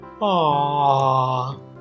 Aww